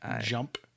jump